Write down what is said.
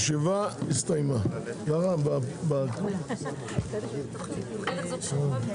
הישיבה ננעלה בשעה 11:55.